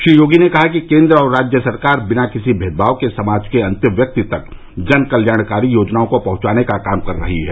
श्री योगी ने कहा कि केन्द्र और राज्य सरकार बिना किसी मेदभाव के समाज के अन्तिम व्यक्ति तक जन कल्याणकारी योजनाओं को पहुंचाने का काम कर रही है